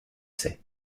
c’est